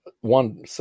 one